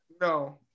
No